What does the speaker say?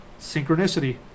Synchronicity